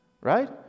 right